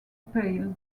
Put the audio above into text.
pale